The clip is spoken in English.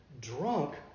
drunk